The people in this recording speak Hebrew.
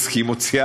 כי היא מוציאה,